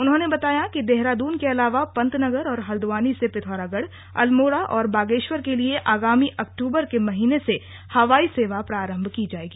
उन्होंने बताया कि देहरादून के अलावा पंतनगर और हल्द्वानी से पिथौरागढ अल्मोडा और बागेश्वर के लिए अक्टूबर महीने से हवाई सेवा प्रारम्भ की जायेगी